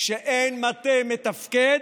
כשאין מטה מתפקד,